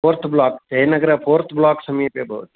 fourth block Jayanagar fourth block समीपे भवति